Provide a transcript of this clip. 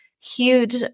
huge